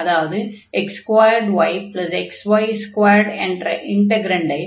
அதாவது x2yxy2 என்ற இன்டக்ரன்டை